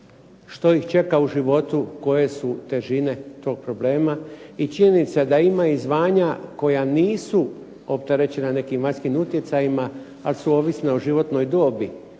što ih čeka u životu, koje su težine tog problema. I činjenica je da ima i zvanja koja nisu opterećena nekim vanjskim utjecajima ali su ovisna o životnoj dobi